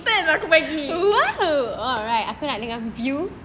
fullterton aku bagi